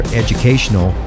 educational